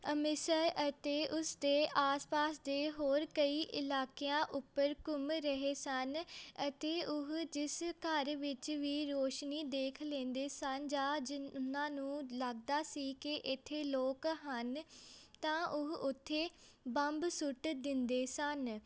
ਅੰਮ੍ਰਿਤਸਰ ਅਤੇ ਉਸਦੇ ਆਸ ਪਾਸ ਦੇ ਹੋਰ ਕਈ ਇਲਾਕਿਆਂ ਉੱਪਰ ਘੁੰਮ ਰਹੇ ਸਨ ਅਤੇ ਉਹ ਜਿਸ ਘਰ ਵਿੱਚ ਵੀ ਰੋਸ਼ਨੀ ਦੇਖ ਲੈਂਦੇ ਸਨ ਜਾਂ ਜਿ ਉਹਨਾਂ ਨੂੰ ਲੱਗਦਾ ਸੀ ਕਿ ਇੱਥੇ ਲੋਕ ਹਨ ਤਾਂ ਉਹ ਉੱਥੇ ਬੰਬ ਸੁੱਟ ਦਿੰਦੇ ਸਨ